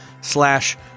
slash